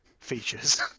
features